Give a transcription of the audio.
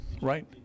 Right